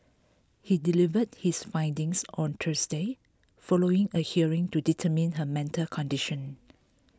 he delivered his findings on Thursday following a hearing to determine her mental condition